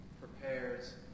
prepares